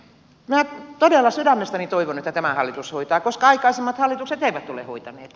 minä todella sydämestäni toivon että tämä hallitus hoitaa koska aikaisemmat hallitukset eivät ole hoitaneet